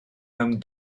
mewn